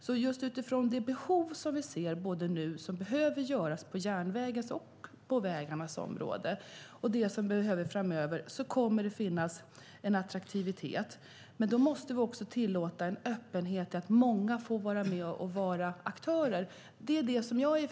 Med utgångspunkt i de behov som finns på järnvägs och vägområdet framöver kommer områdena att vara attraktiva. Då måste vi också tillåta en öppenhet för att många får vara med och vara aktörer. Det är vad jag kallar en marknad.